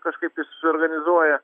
kažkaip tai susiorganizuoja